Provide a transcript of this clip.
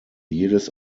jedes